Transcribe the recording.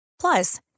Plus